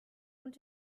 und